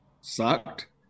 sucked